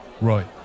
Right